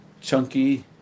chunky